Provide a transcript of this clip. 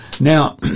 Now